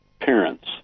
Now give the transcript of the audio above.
parents